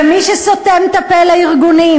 ומי שסותם את הפה לארגונים,